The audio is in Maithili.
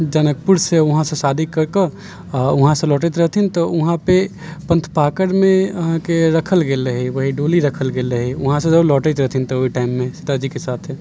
जनकपुरसँ वहाँसँ शादी करिके वहाँसँ लौटैत रहथिन तऽ वहाँपर पन्थपाकैरमे अहाँके रखल गेल रहै वहीँ डोली रखल गेल रहै वहाँसँ जब लौटैत रहथिन तब ओहि टाइममे सीताजीके साथे